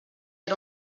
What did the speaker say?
era